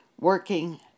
working